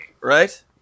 right